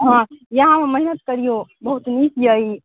हॅं इएहमे मेहनत करिऔ बहुत नीक यऽ ई